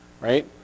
right